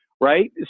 right